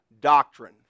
doctrine